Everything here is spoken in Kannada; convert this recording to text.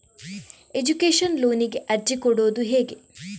ಎಜುಕೇಶನ್ ಲೋನಿಗೆ ಅರ್ಜಿ ಕೊಡೂದು ಹೇಗೆ?